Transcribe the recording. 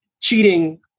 cheating